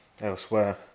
elsewhere